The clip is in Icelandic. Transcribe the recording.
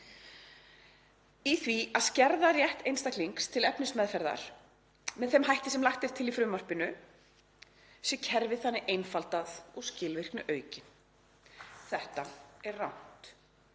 því að skerða rétt einstaklings til efnismeðferðar með þeim hætti sem lagt er til í frumvarpinu sé kerfið þannig einfaldað og skilvirkni aukin. Þetta er rangt.